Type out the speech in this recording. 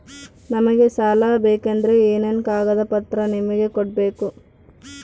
ನಮಗೆ ಸಾಲ ಬೇಕಂದ್ರೆ ಏನೇನು ಕಾಗದ ಪತ್ರ ನಿಮಗೆ ಕೊಡ್ಬೇಕು?